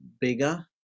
bigger